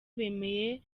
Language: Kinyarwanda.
bemeye